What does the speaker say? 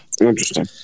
Interesting